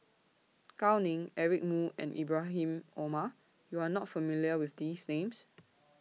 Gao Ning Eric Moo and Ibrahim Omar YOU Are not familiar with These Names